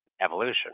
evolution